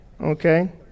Okay